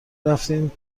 رفتیم